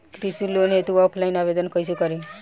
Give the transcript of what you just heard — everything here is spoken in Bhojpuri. कृषि लोन हेतू ऑफलाइन आवेदन कइसे करि?